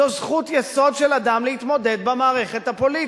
זו זכות יסוד של אדם להתמודד במערכת הפוליטית.